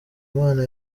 imana